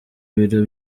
ibiro